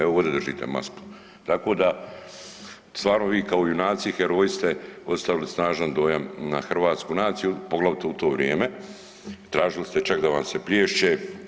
Evo ovdje držite masku, tako da stvarno vi kao junaci, heroji ste ostavili snažan dojam na hrvatsku naciju poglavito u to vrijeme i tražili ste čak da vam se plješće.